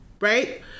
right